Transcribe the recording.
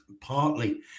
partly